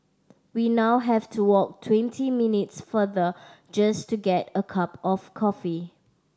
we now have to walk twenty minutes farther just to get a cup of coffee